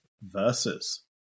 Versus